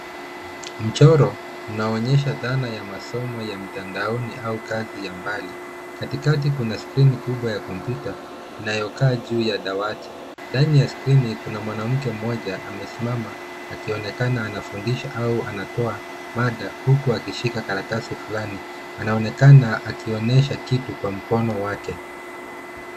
Mchoro unaoonyesha dhana ya masomo ya mtandaoni au kazi ya mbali. Katikati kuna skrini kubwa ya kompyuta inayokaa juu ya dawati. Ndani ya skrini kuna mwanamke mmoja amesimama akionekana anafundisha au anatoa mada huku akishika karatasi fulani. Anaonekana akionyesha kitu kwa mkono wake.